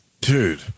Dude